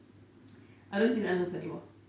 I don't see the animals anymore